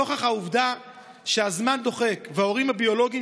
נוכח העובדה שהזמן דוחק וההורים הביולוגיים